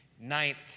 Ninth